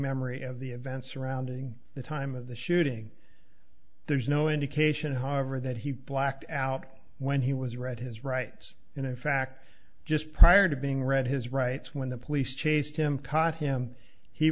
memory of the events surrounding the time of the shooting there's no indication however that he blacked out when he was read his rights and in fact just prior to being read his rights when the police chased him caught him he